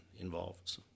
involved